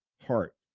heart